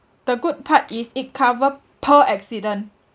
the good part is it cover per accident